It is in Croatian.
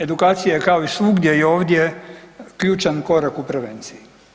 Edukacija je kao i svugdje i ovdje ključan korak u prevenciji.